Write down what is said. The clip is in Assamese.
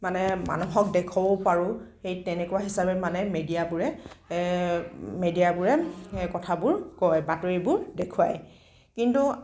মানে মানুহক দেখুৱাব পাৰোঁ সেই তেনেকুৱা হিচাপে মানে মেডিয়াবোৰে মেডিয়াবোৰে কথাবোৰ কয় বাতৰিবোৰ দেখুৱায় কিন্তু